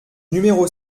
numéro